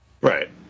Right